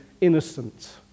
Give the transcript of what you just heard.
innocent